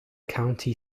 county